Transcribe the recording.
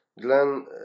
Glenn